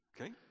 Okay